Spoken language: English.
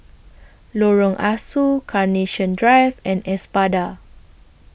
Lorong Ah Soo Carnation Drive and Espada